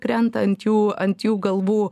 krenta ant jų ant jų galvų